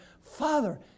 Father